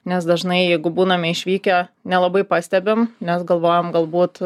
nes dažnai jeigu būname išvykę nelabai pastebim nes galvojam galbūt